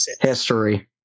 History